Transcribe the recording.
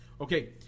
okay